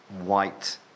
white